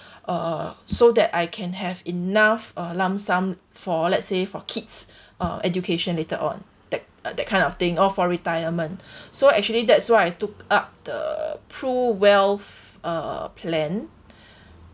uh so that I can have enough uh lump sum for let's say for kids uh education later on that that kind of thing or for retirement so actually that's why I took up the PRUWealth uh plan